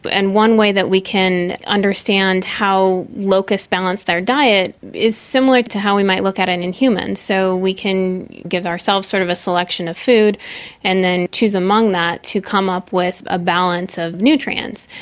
but and one way that we can understand how locusts balance their diet is similar to how we might look at it and in humans. so we can give ourselves sort of a selection of food and then choose among that to come up with a balance of nutrients.